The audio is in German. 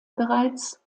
bereits